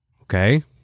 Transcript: Okay